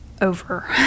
over